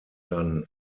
dann